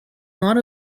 not